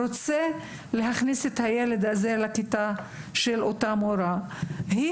רוצה להכניס את הילד לכיתה של אותה מורה; היא